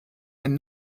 and